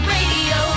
Radio